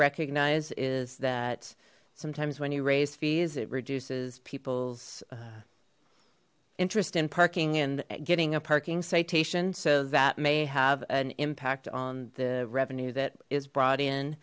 recognize is that sometimes when you raise fees it reduces people's interest in parking and getting a parking citation so that may have an impact on the revenue that is brought